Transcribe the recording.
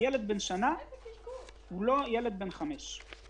ילד בן שנה הוא לא ילד בן חמש.